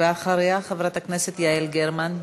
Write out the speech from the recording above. ואחריה, חברת הכנסת יעל גרמן.